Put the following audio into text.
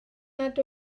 nad